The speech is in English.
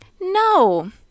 No